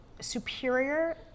Superior